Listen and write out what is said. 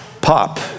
pop